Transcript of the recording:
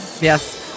Yes